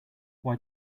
why